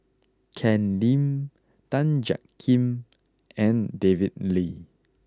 Ken Lim Tan Jiak Kim and David Lee